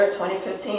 2015